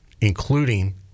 including